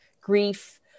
grief